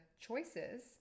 choices